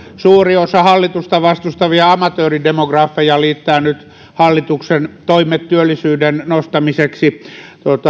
suuri osa hallitusta vastustavista amatööridemografeista liittää nyt hallituksen toimet työllisyyden nostamiseksi